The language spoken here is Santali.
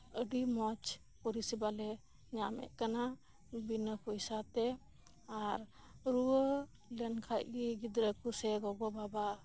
ᱟᱰᱤ ᱢᱚᱸᱡᱽ ᱯᱚᱨᱤᱥᱮᱵᱟ ᱞᱮ ᱧᱟᱢᱮᱫ ᱠᱟᱱᱟ ᱵᱤᱱᱟᱹ ᱯᱚᱭᱥᱟᱛᱮ ᱟᱨ ᱨᱩᱣᱟᱹ ᱞᱮᱱ ᱠᱷᱟᱱ ᱜᱮ ᱜᱤᱫᱽᱨᱟᱹ ᱠᱚ ᱥᱮ ᱜᱚᱜᱚ ᱵᱟᱵᱟ